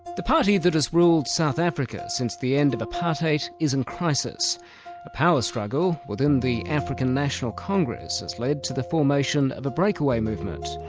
the party that has ruled south africa since the end of apartheid is in crisis. a power struggle within the african national congress has led to the formation of a breakaway movement.